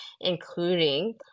including